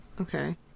okay